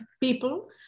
people